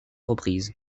reprises